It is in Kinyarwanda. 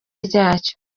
ryacyo